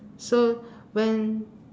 so when